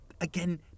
again